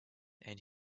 and